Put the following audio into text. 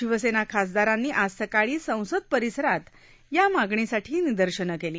शिवसेना खासदारांनी आज सकाळी संसद परिसरात या मागणीसाठी निदर्शनं केली